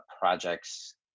projects